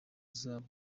zabo